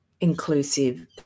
inclusive